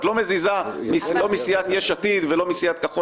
את לא מזיזה מסיעת יש עתיד ולא מסיעת כחול